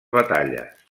batalles